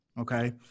okay